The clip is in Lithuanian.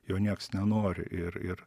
jo nieks nenori ir ir